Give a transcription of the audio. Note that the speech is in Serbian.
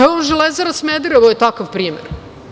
Evo, „Železara“ Smederevo vam je takav primer.